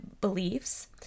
beliefs